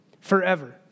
forever